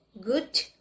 good